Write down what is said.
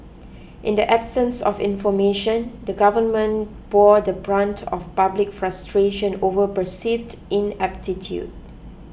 in the absence of information the government bore the brunt of public frustration over perceived ineptitude